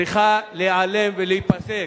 צריכים להיעלם ולהיפסק.